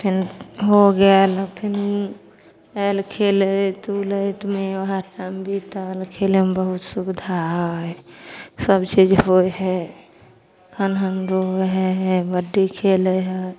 फेर हो गेल फेर आयल खेलैत उलैतमे वएह टाइम बीतल खेलैमे बहुत सुबिधा हइ सब चीज होइ हइ खनहन रहै हइ कबड्डी खेलै हइ